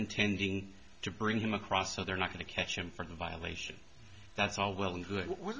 intending to bring him across so they're not going to catch him for the violation that's all well